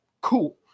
Cool